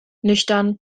nüchtern